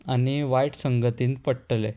आनी वायट संगतीन पडटलें